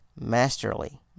masterly